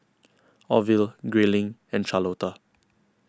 Orville Grayling and Charlotta